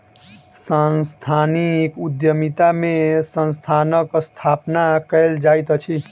सांस्थानिक उद्यमिता में संस्थानक स्थापना कयल जाइत अछि